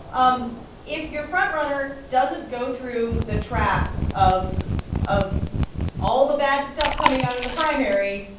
um if your frontrunner doesn't go through the traps of of all the bad stuff coming out in the primary,